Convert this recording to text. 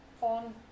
on